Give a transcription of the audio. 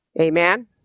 Amen